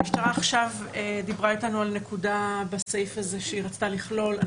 המשטרה עכשיו דיברה איתנו על נקודה בסעיף הזה שהיא רצתה לכלול.